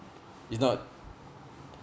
it's not